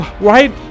right